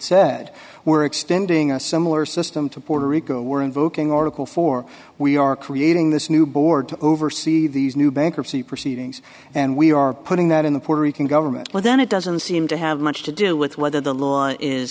said we're extending a similar system to puerto rico we're invoking article four we are creating this new board to oversee these new bankruptcy proceedings and we are putting that in the puerto rican government but then it doesn't seem to have much to do with whether the law is